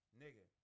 nigga